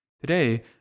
today